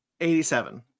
87